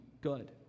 good